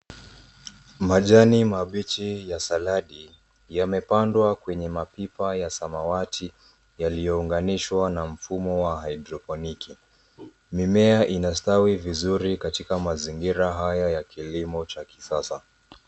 Majani mabichi ya saladi yamepandwa kwenye mapipa ya samawati yaliyounganishwa na mfumo wa haidroponiki. Mimea inastawi vizuri katika mazingira haya ya kilimo cha kisasa.